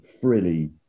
frilly